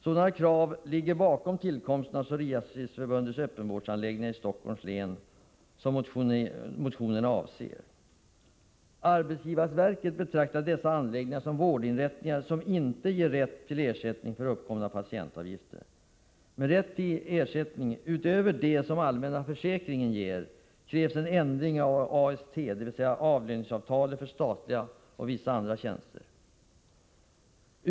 Sådana krav ligger bakom tillkomsten av Psoriasisförbundets öppenvårdsanläggningar i Stockholms län, som motionerna avser. Arbetsgivarverket betraktar dessa anläggningar som vårdinrättningar som inte ger rätt till ersättning för uppkomna patientavgifter. För rätt till ersättning, utöver det som den allmänna försäkringen ger, krävs en ändring av AST, dvs. avlöningsavtalet för statliga och vissa andra tjänster.